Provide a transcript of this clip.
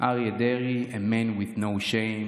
/ Aryeh Deri, a man with no shame.